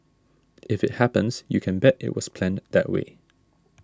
if it happens you can bet it was planned that way